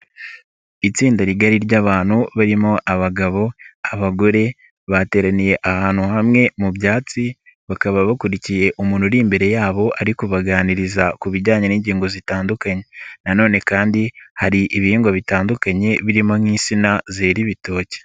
Itsinda rigari ry'abantu, barimo abagabo, abagore, bateraniye ahantu hamwe mu byatsi, bakaba bakurikiye umuntu uri imbere yabo, ari kubaganiriza ku bijyanye n'ingingo zitandukanye na none kandi hari ibihingwa bitandukanye, birimo nk'insina zera ibitoki.